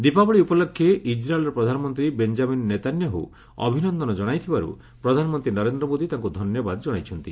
ଦୀପାବଳି ଉପଲକ୍ଷେ ଇକ୍ରାଏଲ୍ର ପ୍ରଧାନମନ୍ତ୍ରୀ ବେଞ୍ଜାମିନ୍ ନେତା ନ୍ୟାହୁ ଅଭିନନ୍ଦନ କଣାଇଥିବାରୁ ପ୍ରଧାନମନ୍ତ୍ରୀ ନରେନ୍ଦ୍ର ମୋଦି ତାଙ୍କୁ ଧନ୍ୟବାଦ ଜଣାଇଛନ୍ତି